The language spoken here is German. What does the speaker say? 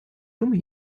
dumme